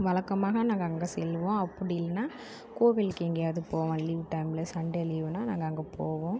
வழக்கமாக நாங்கள் அங்கே செல்லுவோம் அப்படி இல்லைனா கோவிலுக்கு எங்கேயாவுது போவோம் லீவு விட்டாங்ளே சண்டே லீவுனால் நாங்கள் அங்கே போவோம்